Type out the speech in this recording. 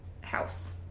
house